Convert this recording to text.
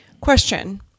Question